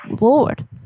Lord